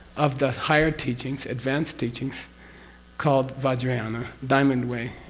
of the higher teachings advanced teachings called vajrayana diamond way,